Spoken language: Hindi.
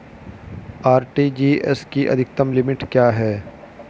आर.टी.जी.एस की अधिकतम लिमिट क्या है?